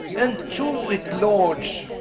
and to it lords